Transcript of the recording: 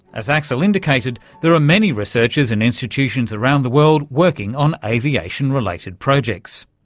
as axel indicated, there are many researchers and institutions around the world working on aviation-related projects.